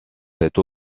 cette